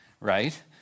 right